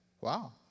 wow